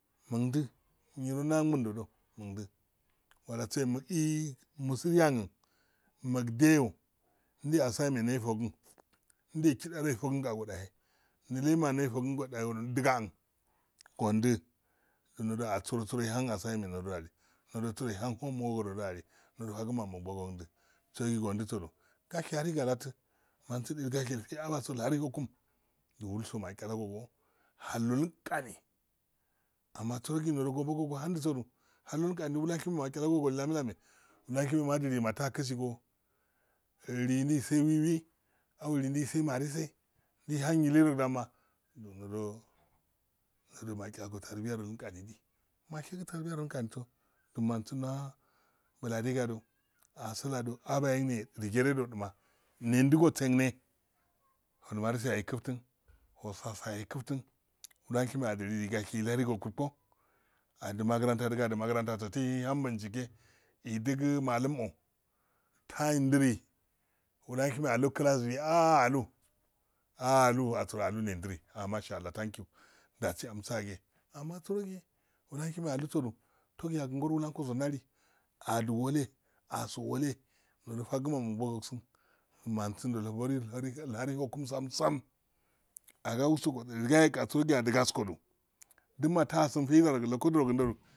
Mundi yiro ndangu dodomundi walla sai muii musinyangn mugdeyo ile assignment na efogn nde kidaro efogn nde e kidaro efogn a alahe yelema na efogn a ohahodudugah gondu nehu siro ehan assagment ndodu ahh ndodu n siro ehan hom wok nodoche alih fagma mubagndi sirogi ondu sodu gasha hari galati mansin eh igash ishe awasodu iharu hokum du wulso machalago go hallongani amma sirogi nddo obogo ohandosudu hallo ngani do lonshine mahchalagoyo li lame lame lonshimu madilido mata ksi go liyen ndise wi-wi au liyen ndise marist ndihan yilero nganidi masheg tabiyaro igaso ndo mansun do nansir now a buladegado asilado abayengne rojire du ma nendo go nsingne odomarise ya ikten osafaya e ikiftin lonsheme adilido igashe ilari go kulko adi magaranta go adi magranda so su toh ihan bichike idigi malum o ta en diri lonshemealu klas di ah alu ah alu nendini ah ah mashalla thank you dasi amsi age amma sirogo lonsheme alusodu madag lokoso ngoro ndali adi wole asowole ndodo fagma mabogo usin masindo ibogo ihari hokum samsam agawolso udugaskode dimma tasin faidaro lokodiro gndo,